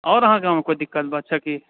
आओर अहाँके गाउँमे कोई दिक्कत छै की